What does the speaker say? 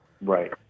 Right